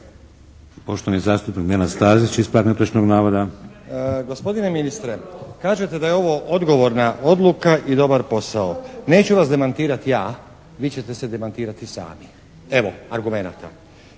Poštovani zastupnik Nenad Stazić, ispravak netočnog navoda. **Stazić, Nenad (SDP)** Gospodine ministre kažete da je ovo odgovorna odluka i dobar posao. Neću vas demantirat ja, vi ćete se demantirati sami. Evo argumenata.